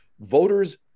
voters